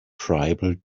tribal